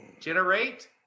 Generate